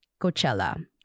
Coachella